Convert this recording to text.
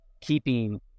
keeping